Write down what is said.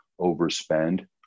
overspend